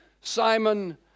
Simon